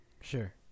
Sure